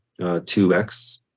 2x